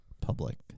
public